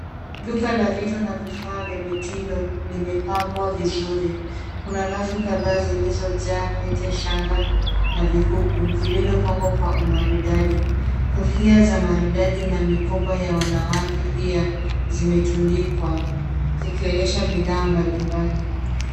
Duka la vitu na vifaa vya mitindo limepambwa vizuri kuna rafu kadhaa zilizo jaa pete, shangaa na vikuku zimepangwa kwa umaridadi. Kofia za maridadi na mikoba ya wanawake pia zimetundikwa zikionyesha bidhaa mbalimbali.